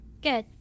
Good